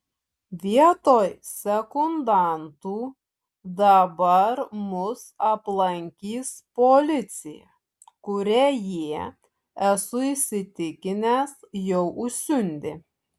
vietoj sekundantų dabar mus aplankys policija kurią jie esu įsitikinęs jau užsiundė